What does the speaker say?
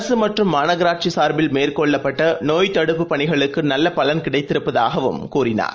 அரசு மற்றும் மாநகராட்சி சார்பில் மேற்கொள்ளப்பட்ட நோய்த் தடுப்புப் பணிகளுக்கு நல்ல பலன் கிடைத்திருப்பதாகவும் குறிப்பிட்டார்